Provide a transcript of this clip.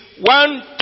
One